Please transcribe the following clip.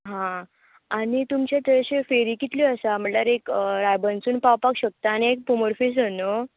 हां आनी तुमचे थंय अशीं फेरी कितल्यो आसा म्हळ्यार एक राबंसून पावपाक शकता आनी एक पमजेसून न्हू